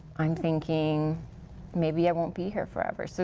i'm thinking maybe i won't be here forever. so